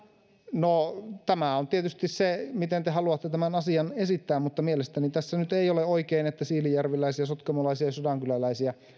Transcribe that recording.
no tämä on tietysti se miten te haluatte tämän asian esittää mutta mielestäni tässä nyt ei ole oikein että siilinjärveläisiä sotkamolaisia ja sodankyläläisiä